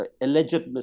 alleged